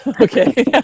Okay